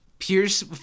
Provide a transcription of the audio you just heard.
Pierce